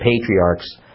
patriarchs